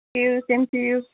thank you same to you